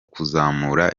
kuzamura